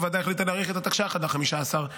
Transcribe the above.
הוועדה החליטה להאריך את התקש"ח עד 15 בפברואר.